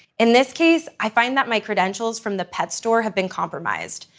in this case, i find that my credentials from the pet store had been compromised,